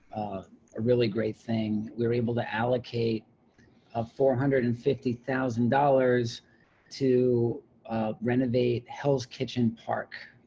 a really great thing we're able to allocate a four hundred and fifty thousand dollars to renovate hell's kitchen park,